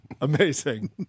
Amazing